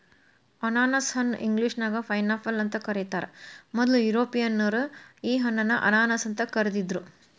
ಅನಾನಸ ಹಣ್ಣ ಇಂಗ್ಲೇಷನ್ಯಾಗ ಪೈನ್ಆಪಲ್ ಅಂತ ಕರೇತಾರ, ಮೊದ್ಲ ಯುರೋಪಿಯನ್ನರ ಈ ಹಣ್ಣನ್ನ ಅನಾನಸ್ ಅಂತ ಕರಿದಿದ್ರು